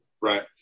Right